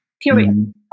period